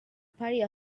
party